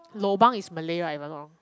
lobang is malay right if I not wrong